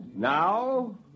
Now